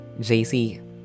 JC